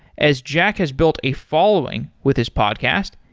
as jack has built a following with his podcast,